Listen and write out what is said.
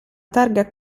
targa